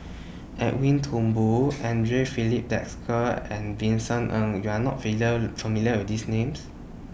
Edwin Thumboo Andre Filipe Desker and Vincent Ng YOU Are not familiar with These Names